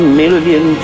million